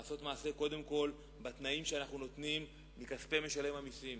הוא חייב לעשות מעשה קודם כול בתנאים שאנחנו נותנים מכספי משלם המסים,